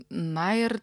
na ir